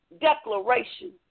declaration